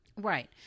Right